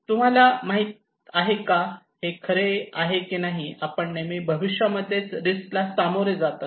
तुम्हाला माहित आहे का हे खरे आहे की आपण नेहमी भविष्यामध्येच रिस्क ला सामोरे जात असतो